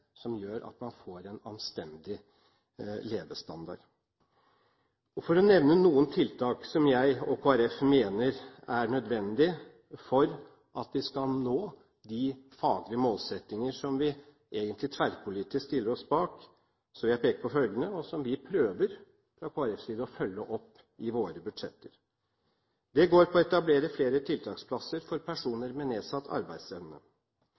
som gjør at man får en anstendig levestandard. For å nevne noen tiltak som jeg og Kristelig Folkeparti mener er nødvendige for at vi skal nå de faglige målsettinger som vi egentlig tverrpolitisk stiller oss bak, vil jeg peke på følgende, som vi fra Kristelig Folkepartis side prøver å følge opp i våre budsjetter: Det går på å etablere flere tiltaksplasser for personer med nedsatt arbeidsevne: